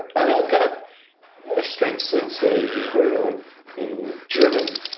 and i've got a strength sensei equivalent in german,